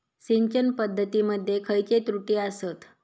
सिंचन पद्धती मध्ये खयचे त्रुटी आसत?